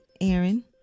Aaron